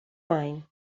mine